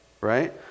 right